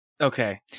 okay